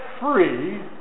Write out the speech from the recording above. free